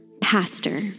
pastor